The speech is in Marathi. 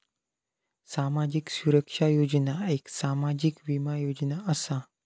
सामाजिक सुरक्षा योजना एक सामाजिक बीमा योजना असा